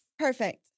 Perfect